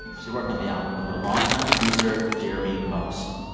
she worked on the album with her longtime producer jeremy most